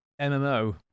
MMO